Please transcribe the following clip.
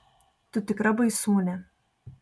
tu tikra baisūnė